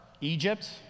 Egypt